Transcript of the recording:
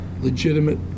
legitimate